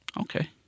Okay